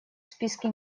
списке